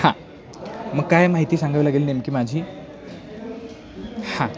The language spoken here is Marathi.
हां मग काय माहिती सांगावी लागेल नेमकी माझी हां